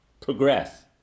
progress